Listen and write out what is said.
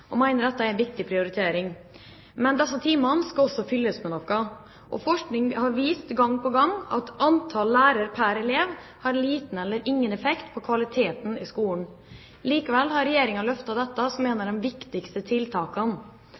er en viktig prioritering. Men disse timene skal også fylles med noe. Og forskning har gang på gang vist at antall lærere pr. elev har liten eller ingen effekt på kvaliteten i skolen. Likevel har Regjeringen løftet dette som et av de viktigste tiltakene.